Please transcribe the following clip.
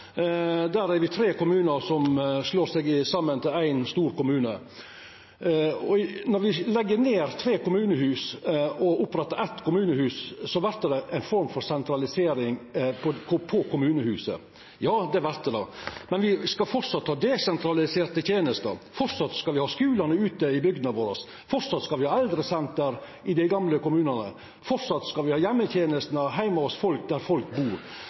der er det tre kommunar som slår seg saman til éin stor kommune. Når vi legg ned tre kommunehus og opprettar eitt, vert det ei form for sentralisering for kommunehuset, det vert det. Men me skal framleis ha desentraliserte tenester, me skal framleis ha skular ute i bygdene våre, me skal framleis ha eldresenter i dei gamle kommunane, me skal framleis ha heimetenestene heime hos folk, der dei bur.